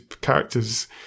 characters